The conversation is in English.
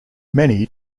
many